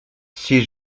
ces